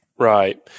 Right